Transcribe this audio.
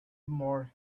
more